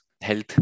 health